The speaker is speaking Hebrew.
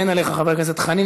אין עליך, חבר הכנסת חנין.